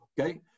Okay